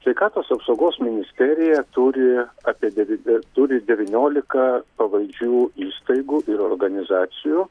sveikatos apsaugos ministerija turi apie devy turi devyniolika pavaldžių įstaigų ir organizacijų